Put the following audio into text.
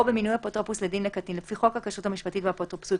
או במינוי אפוטרופוס לדין לקטין לפי חוק הכשרות המשפטית והאפוטרופסות,